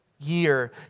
year